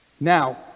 Now